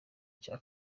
cya